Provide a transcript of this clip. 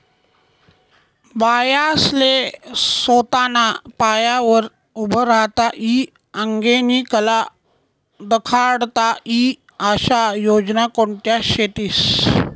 बायास्ले सोताना पायावर उभं राहता ई आंगेनी कला दखाडता ई आशा योजना कोणत्या शेतीस?